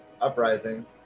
Uprising